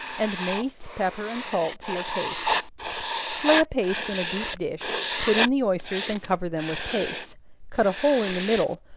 and mace, pepper, and salt to your taste lay a paste in a deep dish, put in the oysters and cover them with paste cut a hole in the middle,